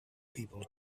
people